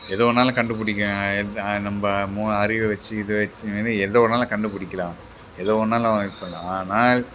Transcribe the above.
எது வேணாலும் கண்டுப்பிடிங்க நம்ம மு அறிவை வெச்சு இதை வெச்சுகின்னு எதை வேணாலும் கண்டுப்பிடிக்கிலாம் எதை வேணாலும் இது பண்ணலாம் ஆனால்